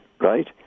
right